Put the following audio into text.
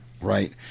Right